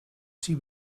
see